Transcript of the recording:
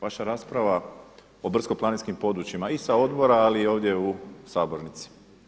Vaša rasprava o brdsko-planinskim područjima i sa odbora ali i ovdje u sabornici.